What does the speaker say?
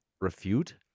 refute